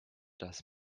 dass